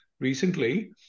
recently